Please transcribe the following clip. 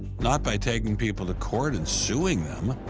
not by taking people to court and suing them.